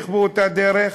תמשיך באותה דרך.